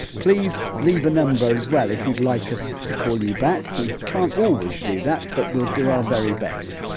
please leave a number as well if you'd like us to call you back, we can't always do that but we'll do our very best.